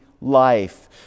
life